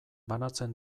banatzen